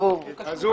כן, ראש הממשלה מעורב.